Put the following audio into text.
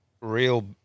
real